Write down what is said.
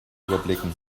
überblicken